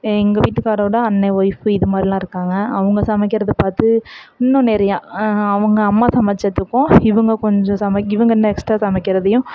எங்கள் வீட்டுகாரரோட அண்ணன் ஃவைப்பு இது மாதிரிலாம் இருக்காங்க அவங்க சமைக்கிறதை பார்த்து இன்னும் நிறையா அவங்க அம்மா சமைச்சத்துக்கும் இவங்க கொஞ்சம் சமை இவங்க இன்னும் எஸ்க்ட்ரா சமைக்கிறதையும்